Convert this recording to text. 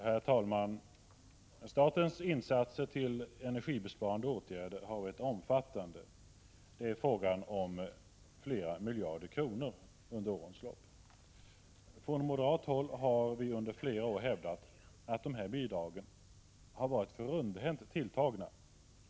Herr talman! Statens insatser till energibesparande åtgärder har varit omfattande. Det är fråga om flera miljarder kronor under årens lopp. Från moderat håll har under flera år hävdats att dessa bidrag har varit för rundhänt tilltagna.